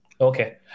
Okay